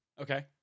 Okay